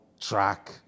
track